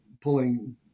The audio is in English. pulling